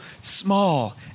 small